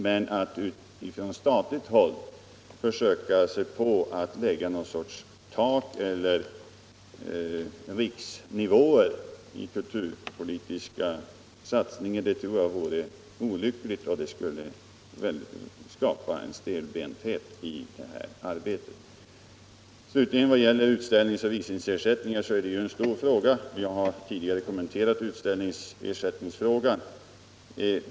Men att från statligt håll fastställa slags riksnivå för kulturpolitiska satsningar tror jag vore olyckligt och skulle skapa en stelbenthet i det här arbetet. Frågan om utställnings och visningsersättningar är en stor fråga. Jag har tidigare kommenterat utställningsersättningarna.